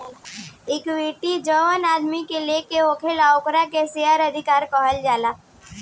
equity जवन आदमी के लगे होला ओकरा के शेयर धारक कहल जाला